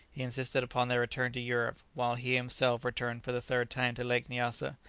he insisted upon their return to europe, while he himself returned for the third time to lake nyassa,